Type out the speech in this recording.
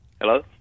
Hello